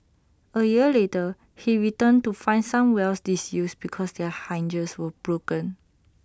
A year later he returned to find some wells disused because their hinges were broken